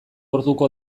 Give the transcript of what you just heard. orduko